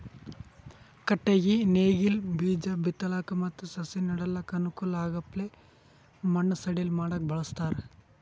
ಕಟ್ಟಗಿ ನೇಗಿಲ್ ಬೀಜಾ ಬಿತ್ತಲಕ್ ಮತ್ತ್ ಸಸಿ ನೆಡಲಕ್ಕ್ ಅನುಕೂಲ್ ಆಗಪ್ಲೆ ಮಣ್ಣ್ ಸಡಿಲ್ ಮಾಡಕ್ಕ್ ಬಳಸ್ತಾರ್